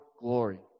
glory